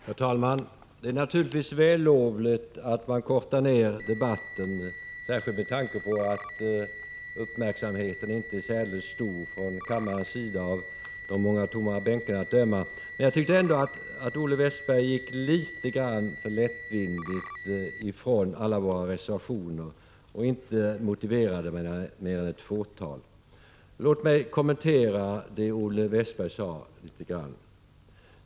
Herr talman! Det är naturligtvis vällovligt att man kortar ned debatten, särskilt med tanke på att uppmärksamheten från kammarens sida, av de många tomma bänkarna att döma, inte är särdeles stor. Men jag tyckte ändå att Olle Westberg litet för lättvindigt avfärdade våra reservationer och inte motiverade utskottets ställningstagande utom när det gällde ett fåtal. Låt mig något kommentera vad Olle Westberg sade.